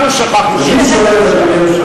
אנחנו שכחנו שהיינו בשלטון.